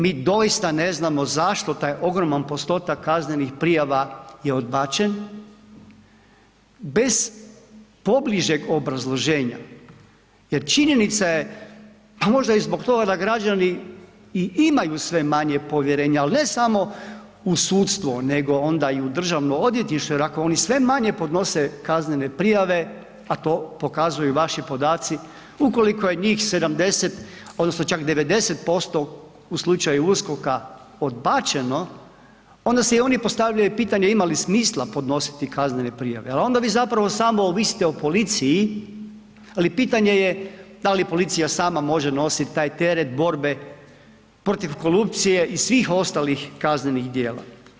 Mi doista ne znamo zašto taj ogroman postotak kaznenih prijava je odbačen bez pobližeg obrazloženja jer činjenica je, pa možda i zbog toga da građani i imaju sve manje povjerenja, al ne samo u sudstvo, nego onda i u državno odvjetništvo jer ako oni sve manje podnose kaznene prijave, a to pokazuju i vaši podaci, ukoliko je njih 70 odnosno čak 90% u slučaju USKOK-a odbačeno onda si i oni postavljaju pitanje ima li smisla podnositi kaznene prijave, al onda vi zapravo samo ovisite o policiji, ali pitanje je da li policija sama može nosit taj teret borbe protiv korupcije i svih ostalih kaznenih dijela.